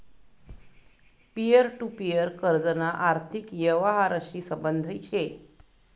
peer to peer कर्जना आर्थिक यवहारशी संबंध शे